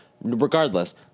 regardless